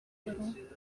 little